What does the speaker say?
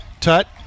Tut